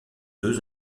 deux